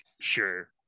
sure